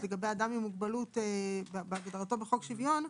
"מוגבלות" לגבי אדם עם מוגבלות כהגדרתו בחוק שוויון,